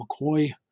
McCoy